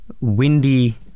windy